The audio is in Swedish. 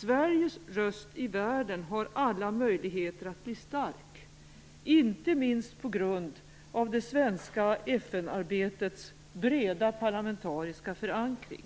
Sveriges röst i världen har alla möjligheter att bli stark - inte minst på grund av det svenska FN-arbetets breda parlamentariska förankring.